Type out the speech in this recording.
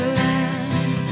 land